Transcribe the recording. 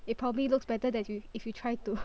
it probably looks better that you if you try to